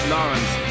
Lawrence